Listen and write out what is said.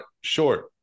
short